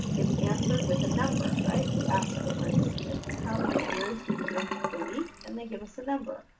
it's answered with a number. right? we ask the participants how many beers do you drink per week and they give us a number.